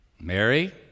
Mary